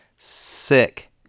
sick